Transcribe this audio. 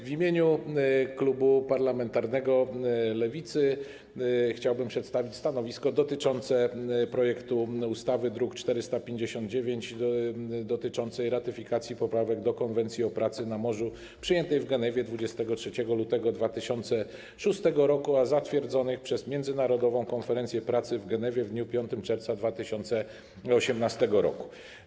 W imieniu klubu parlamentarnego Lewicy chciałbym przedstawić stanowisko dotyczące projektu ustawy, druk nr 459, o ratyfikacji Poprawek do Konwencji o pracy na morzu, przyjętej w Genewie dnia 23 lutego 2006 r., zatwierdzonych przez Międzynarodową Konferencję Pracy w Genewie w dniu 5 czerwca 2018 r.